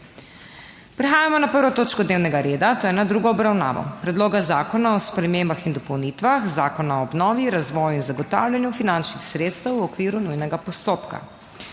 prekinjeno 1. točko dnevnega reda - druga obravnava Predloga zakona o spremembah in dopolnitvah Zakona o obnovi, razvoju in zagotavljanju finančnih sredstev, v okviru nujnega postopka.